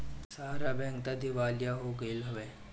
सहारा bank तअ दिवालिया हो गईल हवे